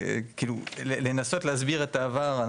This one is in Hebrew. לנסות להסביר את העבר,